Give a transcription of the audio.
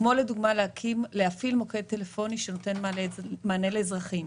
כמו לדוגמה להפעיל מוקד טלפוני שנותן מענה לאזרחים,